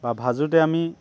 বা ভাজোঁতে আমি